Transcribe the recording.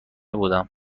بودم